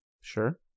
Sure